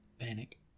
Panic